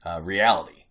reality